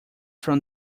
from